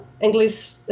English